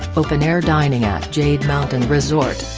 open-air dining at jade mountain resort.